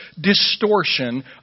distortion